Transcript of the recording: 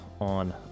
on